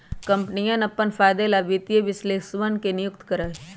कम्पनियन अपन फायदे ला वित्तीय विश्लेषकवन के नियुक्ति करा हई